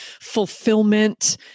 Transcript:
fulfillment